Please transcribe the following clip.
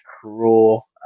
cruel